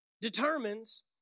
determines